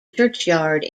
churchyard